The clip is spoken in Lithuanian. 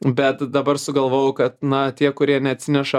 bet dabar sugalvojau kad na tie kurie neatsineša